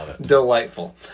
delightful